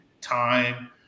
time